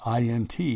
INT